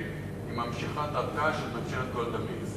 היא ממשיכת דרכה של ממשלת גולדה מאיר.